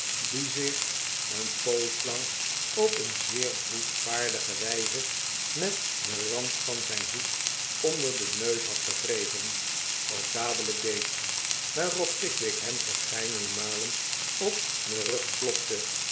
die zich een poos lang op een zeer boetvaardige wijze met den rand van zijn hoed onder den neus had gewreven ook dadelijk deed waarop pickwick hem verscheidene malen op den rug klopte